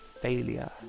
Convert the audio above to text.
failure